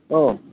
औ